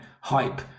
hype